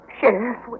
Sheriff